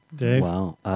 Wow